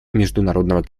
международного